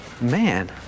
man